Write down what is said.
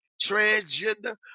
transgender